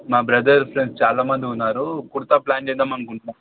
మా brother friends చాలా మంది ఉన్నారు కుర్తా ప్లాన్ చేద్దాం అనుకుంటున్నాం